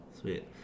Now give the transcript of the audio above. Sweet